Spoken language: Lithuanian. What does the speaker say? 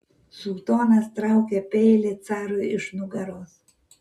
sultonas traukia peilį carui iš nugaros